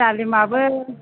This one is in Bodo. दालिमाबो